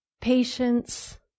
patience